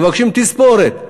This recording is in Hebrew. מבקשים תספורת.